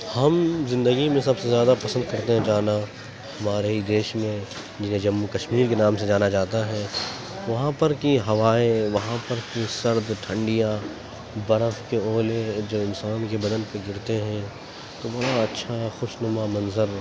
ہم زندگی میں سب سے زیادہ پسند کرتے ہیں جانا ہمارے ہی دیش میں جسے جموں کشمیر کے نام سے جانا جاتا ہے وہاں پر کی ہوائیں وہاں پر کی سرد ٹھنڈیاں برف کے اولے جو انسان کے بدن پہ گرتے ہیں تو بڑا اچھا خوش نما منظر